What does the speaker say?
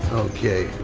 okay.